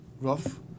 rough